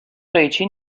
قیچی